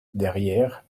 derrière